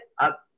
up